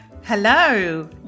Hello